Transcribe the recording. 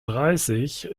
dreißig